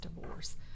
divorce